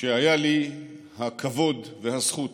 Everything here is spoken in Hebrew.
שהיה לי הכבוד והזכות